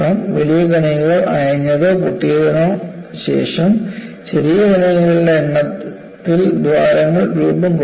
വലിയ കണികകൾ അയഞ്ഞതോ പൊട്ടിയതിന്നോ ശേഷം ചെറിയ കണങ്ങളുടെ എണ്ണത്തിൽ ദ്വാരങ്ങൾ രൂപം കൊള്ളുന്നു